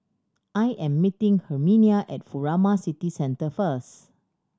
I am meeting Herminia at Furama City Centre first